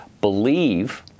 believe